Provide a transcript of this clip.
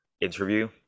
interview